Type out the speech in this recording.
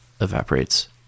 evaporates